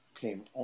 Came